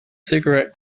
cigarette